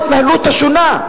מדוע ההתנהלות השונה?